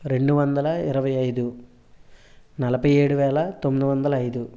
రెండు వందల ఇరవై అయిదు నలభై ఏడువేల తొమ్మిది వందల అయిదు